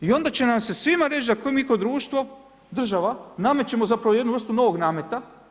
I onda će nam se svima reći da mi kao društvo, država namećemo zapravo jednu vrstu novog nameta.